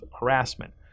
harassment